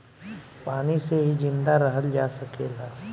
पानी से ही जिंदा रहल जा सकेला